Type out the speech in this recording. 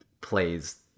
plays